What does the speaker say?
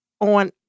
on